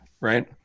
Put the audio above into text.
right